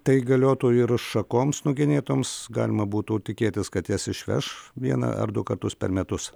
tai galiotų ir šakoms nugenėtoms galima būtų tikėtis kad jas išveš vieną ar du kartus per metus